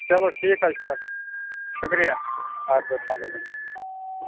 چلو ٹھیٖک حظ چھُ سَر شُکریہ اَدٕ حظ اسلام علیکُم